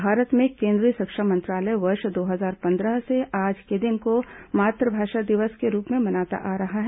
भारत में केन्द्रीय शिक्षा मंत्रालय वर्ष दो हजार पंद्रह से आज के दिन को मातुभाषा दिवस के रूप में मनाता आ रहा है